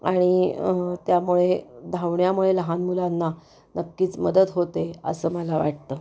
आणि त्यामुळे धावण्यामुळे लहान मुलांना नक्कीच मदत होते असं मला वाटतं